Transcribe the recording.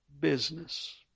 business